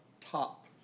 top